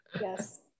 Yes